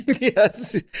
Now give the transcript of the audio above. Yes